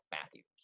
Matthews